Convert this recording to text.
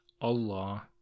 Allah